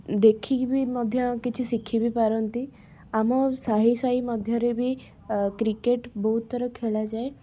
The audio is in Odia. ଦେଖିକି ବି ମଧ୍ୟ କିଛି ଶିଖି ବି ପାରନ୍ତି ଆମ ସାହି ସାହି ମଧ୍ୟରେ ବି କ୍ରିକେଟ ବହୁତ ଥର ଖେଳାଯାଏ